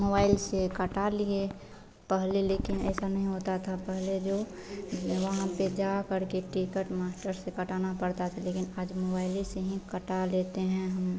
mobile से कटा लिए पहले लेकिन ऐसा नहीं होता था पहले जो वहाँ पर जा करके टिकट मास्टर से कटाना पड़ता था लेकिन आज मोबाइले से कटा लेते है हम